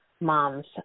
mom's